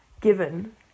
given